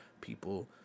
People